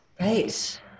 Right